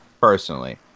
Personally